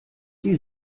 die